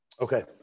okay